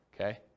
okay